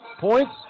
points